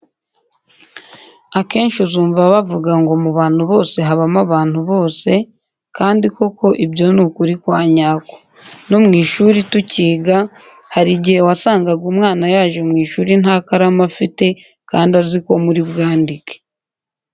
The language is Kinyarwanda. Akenshi uzumva bavuga ngo mu bantu bose habamo abantu bose, kandi koko ibyo ni ukuri kwa nyako. No mu ishuri tucyiga, hari igihe wasangaga umwana yaje mu ishuri nta karamu afite kandi azi ko muri bwandike.